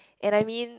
and I mean